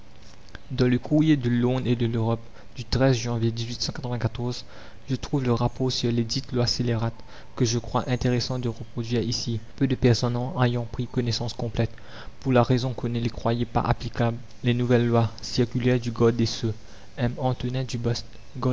dans le courrier de londres et de l'europe du janvier je trouve le rapport sur les dites lois scélérates que je crois intéressant de reproduire ici peu de personnes en ayant pris connaissance complète pour la raison qu'on ne les croyait pas applicables la commune m antonin dubost garde des sceaux